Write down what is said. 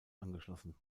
angeschlossen